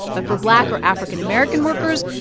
but for black or african american workers,